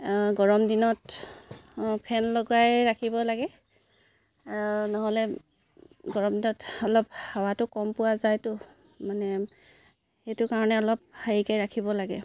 গৰম দিনত ফেন লগাই ৰাখিব লাগে নহ'লে গৰম দিনত অলপ হাৱাটো কম পোৱা যায়তো মানে সেইটো কাৰণে অলপ হেৰিকৈ ৰাখিব লাগে